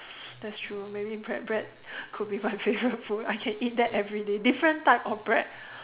that's true maybe bread bread could be my favourite food I can eat that every day different type of bread